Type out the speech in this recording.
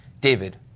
David